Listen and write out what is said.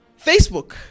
Facebook